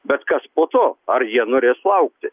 bet kas po to ar jie norės laukti